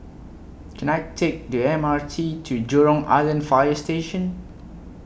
Can I Take The M R T to Jurong Island Fire Station